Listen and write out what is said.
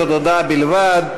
זאת הודעה בלבד,